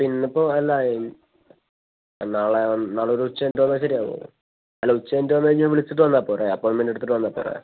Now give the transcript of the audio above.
ഇന്നിപ്പോൾ എല്ലാമായി നാളെ നാളെ ഒരു ഉച്ച കഴിഞ്ഞിട്ട് വന്നാൽ ശരിയാവുമോ അല്ല ഉച്ച കഴിഞ്ഞിട്ട് വന്നുകഴിഞ്ഞാൽ ഞാൻ വിളിച്ചിട്ട് വന്നാൽ പോരേ അപ്പോയിൻമെന്റ് എടുത്തിട്ട് വന്നാൽ പോരേ